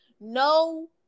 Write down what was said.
No